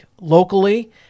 Locally